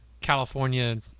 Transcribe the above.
California